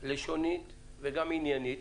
לשונית וגם עניינית